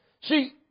See